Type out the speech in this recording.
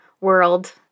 world